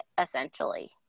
essentially